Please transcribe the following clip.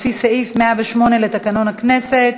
לפי סעיף 108 לתקנון הכנסת.